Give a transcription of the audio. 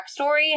backstory